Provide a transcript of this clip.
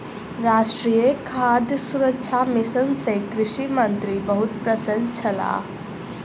राष्ट्रीय खाद्य सुरक्षा मिशन सँ कृषि मंत्री बहुत प्रसन्न छलाह